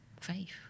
faith